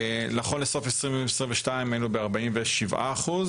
נכון לסוף 2022 היינו ב-47%.